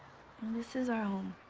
this is our home.